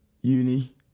uni